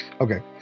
Okay